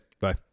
Bye